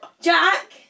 Jack